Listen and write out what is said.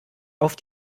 auf